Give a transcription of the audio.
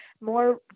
more